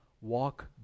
walk